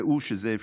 ראו שזה אפשרי.